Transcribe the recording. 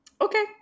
okay